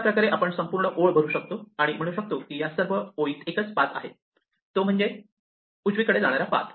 अशा प्रकारे आपण संपूर्ण ओळ भरू शकतो आणि म्हणू शकतो की या सर्व ओळीत एकच पाथ आहे तो म्हणजे उजवीकडे जाणारा पाथ